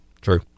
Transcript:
True